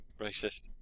Racist